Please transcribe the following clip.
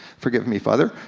forgive me father.